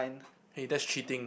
hey that's cheating